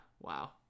wow